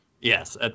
Yes